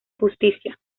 justicia